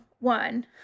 one